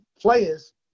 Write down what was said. players